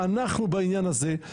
ואנחנו בעניין הזה,